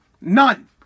none